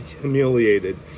humiliated